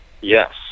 Yes